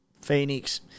phoenix